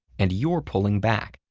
and you're pulling back,